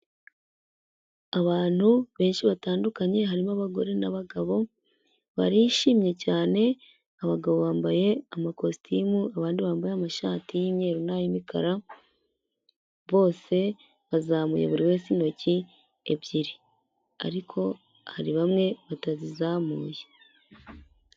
Abantu benshi batandukanye harimo abagore n'abagabo barishimye cyane, abagabo bambaye amakositimu abandi bambaye amashati y'imyeru nay'imikara, bose bazamuye buri wese intoki ebyiri ariko hari bamwe batazizamuye.